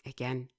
Again